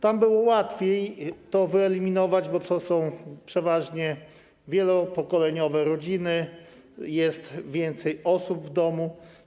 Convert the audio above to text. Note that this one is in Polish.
Tam było łatwiej to wyeliminować, bo to są przeważnie wielopokoleniowe rodziny, jest więcej osób w domu.